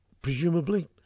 presumably